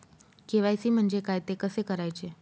KYC म्हणजे काय? ते कसे करायचे?